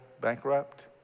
bankrupt